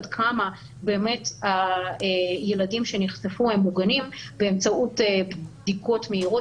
עד כמה הילדים שנחשפו מוגנים באמצעות בדיקות מהירות